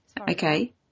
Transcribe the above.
Okay